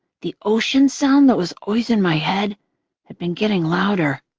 the ocean sound that was always in my head had been getting louder.